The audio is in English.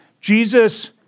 Jesus